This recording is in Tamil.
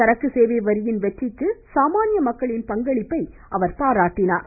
சரக்கு சேவை வரியின் வெற்றிக்கு சாதாரண மக்களின் பங்களிப்பை அவர் பாராட்டினார்